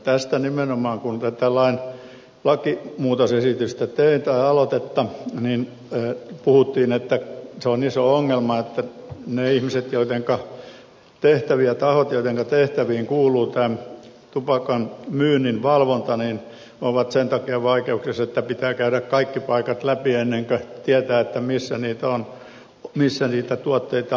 tästä nimenomaan kun tätä lakialoitetta tein puhuttiin että se on iso ongelma että ne ihmiset ja tahot joidenka tehtäviin kuuluu tupakan myynnin valvonta ovat sen takia vaikeuksissa että pitää käydä kaikki paikat läpi ennen kuin tietää missä niitä on missä niitä tuotteita myydään